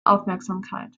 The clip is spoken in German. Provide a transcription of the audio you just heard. aufmerksamkeit